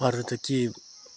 अरू त के